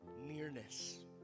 nearness